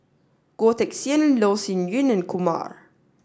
Goh Teck Sian Loh Sin Yun and Kumar